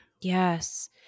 Yes